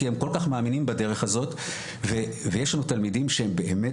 כי הם כל כך מאמינים בדרך הזאת ויש לנו תלמידים שהם באמת